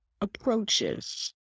approaches